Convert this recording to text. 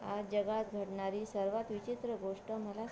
आज जगात घडणारी सर्वात विचित्र गोष्ट मला सांग